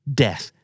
death